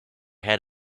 had